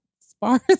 sparse